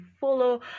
Follow